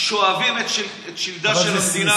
ששואבים את לשדה של המדינה?